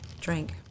drink